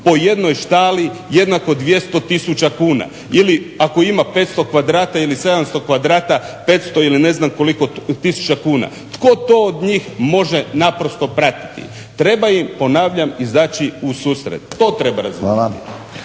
po jednoj štali jednako 200 tisuća kuna. Ili ako ima 500 kvadrata ili 700 kvadrata, 500 ili ne znam koliko tisuća kuna. Tko to od njih može naprosto pratiti? Treba im, ponavljam, izaći u susret. To treba razumjeti.